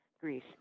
Greece